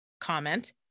comment